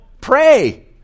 pray